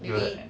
maybe